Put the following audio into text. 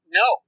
no